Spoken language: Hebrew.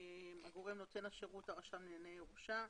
הגורם נותן השירות הוא הרשם לענייני ירושה.